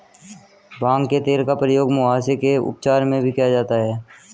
भांग के तेल का प्रयोग मुहासे के उपचार में भी किया जाता है